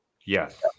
Yes